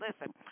Listen